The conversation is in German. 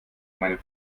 meinem